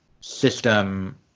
system